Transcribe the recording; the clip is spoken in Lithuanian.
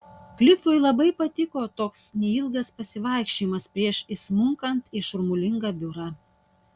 klifui labai patiko toks neilgas pasivaikščiojimas prieš įsmunkant į šurmulingą biurą